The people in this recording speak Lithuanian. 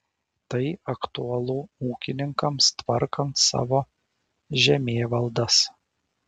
tai aktualu ūkininkams tvarkant savo žemėvaldas